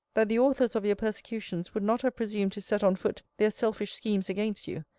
that the authors of your persecutions would not have presumed to set on foot their selfish schemes against you,